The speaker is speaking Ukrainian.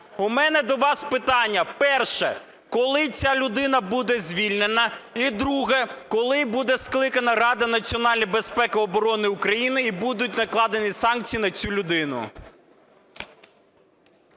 У мене до вас питання. Перше. Коли ця людина буде звільнена? І друге. Коли буде скликана Рада національної безпеки і оборони України і будуть накладені санкції на цю людину?